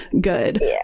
good